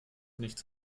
nichts